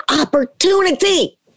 opportunity